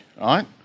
right